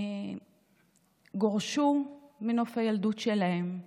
שגורשו מנוף הילדות שלהם.